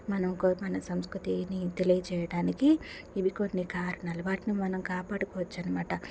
మనంకో మన సంస్కృతిని తెలియజేయడానికి ఇవి కొన్ని కారణాలు వాటిని మనం కాపాడుకోవచ్చు అనమాట